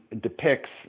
depicts